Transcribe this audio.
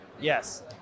Yes